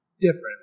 different